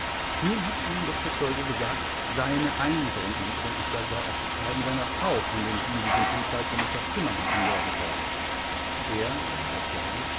nun hat ihnen doch der zeuge gesagt seine einlieferung in die irrenanstalt sei auf betreiben seiner frau von dem hiesigen polizeikommissar zimmermann angeordnet worden er